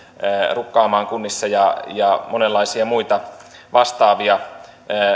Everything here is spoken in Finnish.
rukkaamaan kunnissa ja ja monenlaisia muita vastaavia